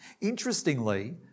Interestingly